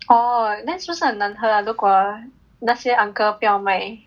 oh then 是不是很难喝如果那些 uncle 不要卖